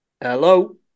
Hello